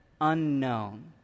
unknown